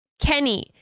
Kenny